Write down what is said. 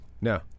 No